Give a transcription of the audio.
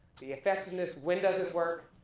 the effectiveness, when does it work,